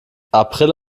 april